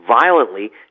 violently